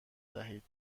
دهید